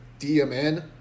DMN